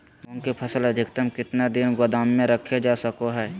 मूंग की फसल अधिकतम कितना दिन गोदाम में रखे जा सको हय?